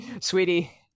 sweetie